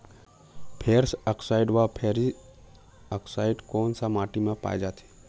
Ferrous oxide व ferric oxide कोन सा माटी म पाय जाथे?